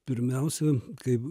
pirmiausia kaip